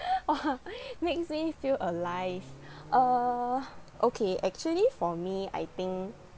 makes me feel alive uh okay actually for me I think